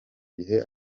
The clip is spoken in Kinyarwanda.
gihe